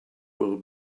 will